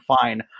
Fine